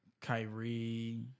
Kyrie